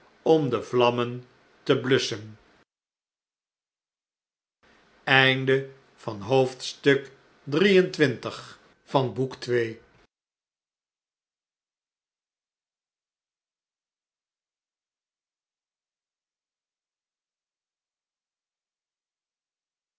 om de vlammen te blusschen